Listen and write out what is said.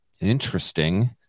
interesting